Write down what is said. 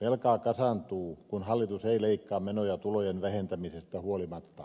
velkaa kasaantuu kun hallitus ei leikkaa menoja tulojen vähentämisestä huolimatta